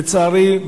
לצערי,